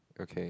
okay